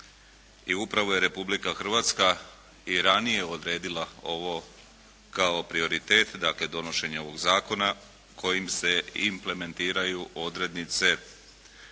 upravo je Republika Hrvatska i ranije odredila ovo kao prioritet, dakle donošenje ovog zakona kojim se implementiraju odrednice direktive